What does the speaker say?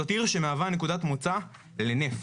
זאת עיר שמהווה נקודת מוצא לנפט.